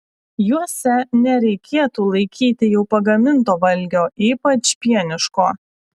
juose nereikėtų laikyti jau pagaminto valgio ypač pieniško